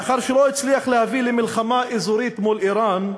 לאחר שלא הצליח להביא למלחמה אזורית מול איראן,